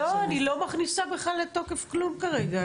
אני לא מכניסה לתוקף כלום כרגע,